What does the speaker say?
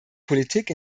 politik